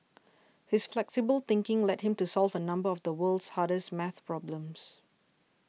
his flexible thinking led him to solve a number of the world's hardest math problems